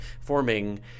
forming